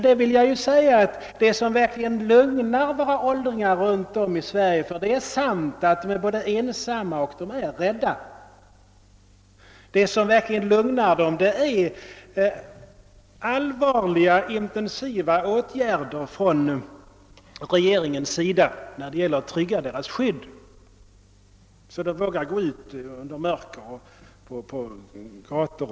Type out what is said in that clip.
Det som verkligen lugnar våra åldringar runt om i Sverige — det är sant att många är både ensamma och ängsliga — är allvarliga och intensiva åtgärder från regeringens sida när det gäller att trygga deras skydd så att de kan våga sig ut även efter mörkrets inbrott.